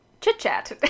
chit-chat